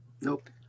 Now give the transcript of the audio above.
nope